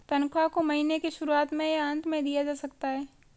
तन्ख्वाह को महीने के शुरुआत में या अन्त में दिया जा सकता है